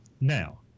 now